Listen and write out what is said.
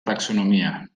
taxonomia